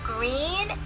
Green